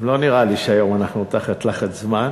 לא נראה לי שהיום אנחנו תחת לחץ זמן,